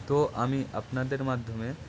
তো আমি আপনাদের মাধ্যমে